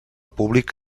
públic